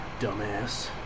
Dumbass